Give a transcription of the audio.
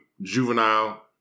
Juvenile